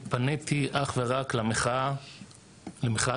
התפניתי אך ורק למחאת ההייטק.